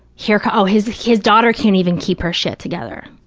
here, oh, his his daughter can't even keep her shit together,